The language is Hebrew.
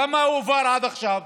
כמה הועבר עד עכשיו?